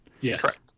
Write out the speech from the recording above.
Yes